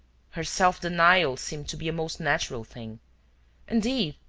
her self-denial seemed to be a most natural thing indeed,